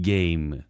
Game